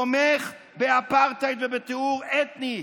תומך באפרטהייד ובטיהור אתני.